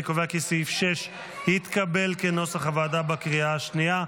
אני קובע כי סעיף 6 התקבל כנוסח הוועדה בקריאה השנייה.